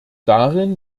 darin